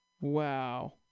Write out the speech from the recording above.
wow